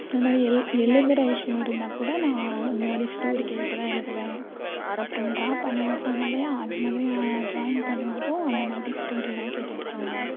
அதமாதிரி எல் எழுதுற விஷயம் இருந்தால் கூட நான் அந்தமாதிரி ஸ்டோரி கேட்டுகிட்டு தான் எழுதுவேன் அப்புறோம் ட்ராப் பண்ணுவேன் சொன்னேன் இல்லையா அந்தமாதிரி நான் ட்ராயிங் பண்ணும் போதும் அந்த மாதிரி ஸ்டோரிலாம் கேட்டுகிட்டு பண்ணுவேன்